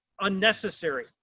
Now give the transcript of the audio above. unnecessary